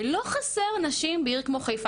ולא חסר נשים בעיר כמו חיפה.